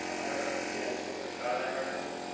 um i don't know if you can get a closer shot of that, marcus.